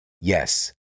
yes